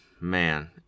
Man